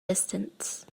distance